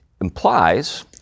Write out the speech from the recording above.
implies